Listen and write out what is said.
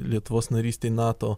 lietuvos narystei nato